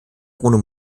bruno